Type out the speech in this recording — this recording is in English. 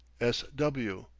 s. w.